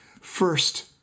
First